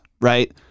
right